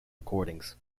recordings